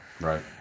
right